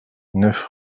neuf